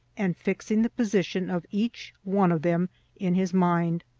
and fixing the position of each one of them in his mind.